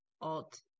alt